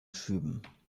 schüben